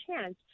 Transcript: chance